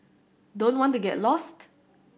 don't want to get lost